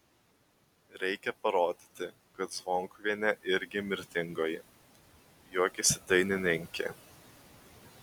reikia parodyti kad zvonkuvienė irgi mirtingoji juokėsi dainininkė